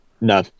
No